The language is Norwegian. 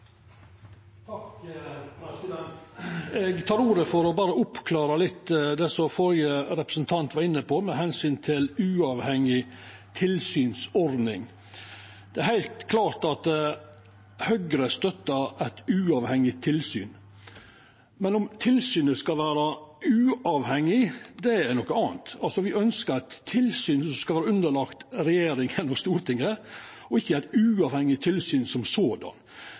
Eg tek ordet berre for å oppklara litt av det som førre representant var inne på når det gjeld uavhengig tilsynsordning. Det er heilt klart at Høgre støttar eit uavhengig tilsyn, men at tilsynet skal vera uavhengig, er noko anna. Me ønskjer eit tilsyn som skal vera underlagt regjeringa og Stortinget, og ikkje eit uavhengig tilsyn som